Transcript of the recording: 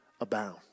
abound